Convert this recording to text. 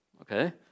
okay